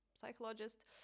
Psychologist